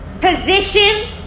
position